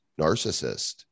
narcissist